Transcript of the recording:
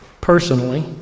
personally